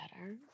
better